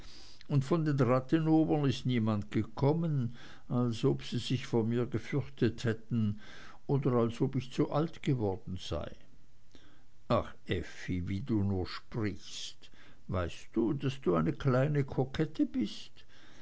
und von den rathenowern ist niemand gekommen als ob sie sich vor mir gefürchtet hätten oder als ob ich zu alt geworden sei ach effi wie du nur sprichst weißt du daß du eine kleine kokette bist